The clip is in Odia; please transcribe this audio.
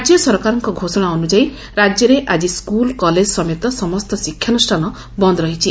ରାକ୍ୟ ସରକାରଙ୍କ ଘୋଷଣା ଅନୁଯାୟୀ ରାକ୍ୟରେ ଆକି ସ୍କୁଲ୍ କଲେଜ ସମେତ ସମସ୍ତ ଶିକ୍ଷାନୁଷ୍ଠାନ ବନ୍ନ ରହିଛି